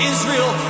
Israel